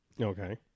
Okay